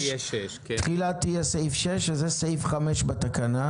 תחילה תהיה 6. תחילה תהיה סעיף 6 וזה סעיף 5 בתקנה.